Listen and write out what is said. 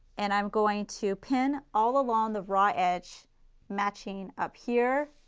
and i am going to pin all along the right edge matching up here,